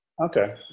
Okay